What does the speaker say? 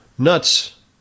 Nuts